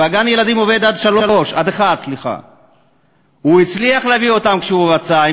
גן-הילדים עובד עד 13:00. הוא הצליח להביא אותן כשהוא רצה,